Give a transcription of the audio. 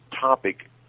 topic